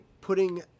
putting